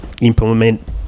implement